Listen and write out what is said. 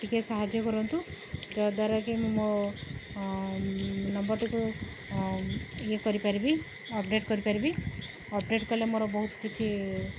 ଟିକେ ସାହାଯ୍ୟ କରନ୍ତୁ ଯଦ୍ୱାରା କି ମୁଁ ମୋ ନମ୍ବରଟିକୁ ଇଏ କରିପାରିବି ଅପଡେଟ୍ କରିପାରିବି ଅପଡେଟ୍ କଲେ ମୋର ବହୁତ କିଛି